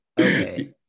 Okay